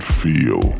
feel